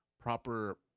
Proper